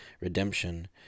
Redemption